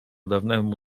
dawnemu